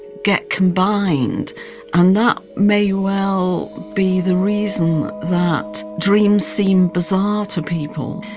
get combined and that may well be the reason that dreams seem bizarre to people.